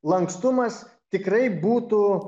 lankstumas tikrai būtų